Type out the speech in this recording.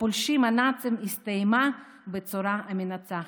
הפולשים הנאצים, הסתיימה בצורה מנצחת,